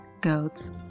goats